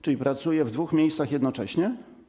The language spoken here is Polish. Czy pracuje on w dwóch miejscach jednocześnie?